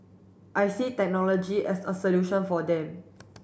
I see technology as a solution for them